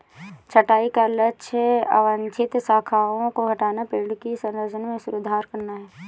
छंटाई का लक्ष्य अवांछित शाखाओं को हटाना, पेड़ की संरचना में सुधार करना है